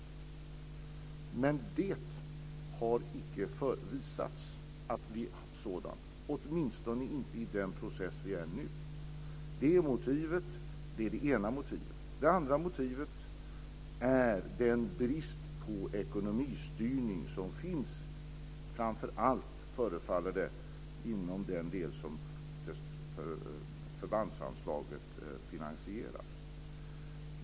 Men det har icke förevisats, åtminstone inte i den process vi är i nu. Det är det ena motivet. Det andra motivet är den brist på ekonomistyrning som finns framför allt, förefaller det, inom den del som förbandsanslaget finansierar.